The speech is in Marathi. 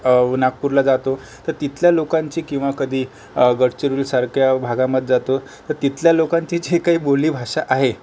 नागपूरला जातो तर तिथल्या लोकांची किंवा कधी गडचिरोलीसारख्या भागामध्ये जातो तर तिथल्या लोकांचीच हे काही बोलीभाषा आहे